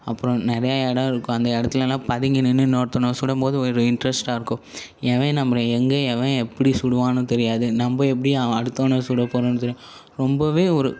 அப்புறம் நிறையா இடம் இருக்கும் அந்த இடத்துலலா பதுங்கி நின்று இன்னோருத்தனை சுடும்போது ஒரு இன்ட்ரெஸ்ட்டாக இருக்கும் எவன் நம்மள எங்கே எவன் எப்படி சுடுவான்னு தெரியாது நம்ம எப்படி அ அடுத்தவனை சுடப் போறோன்னு தெரியாது ரொம்பவே ஒரு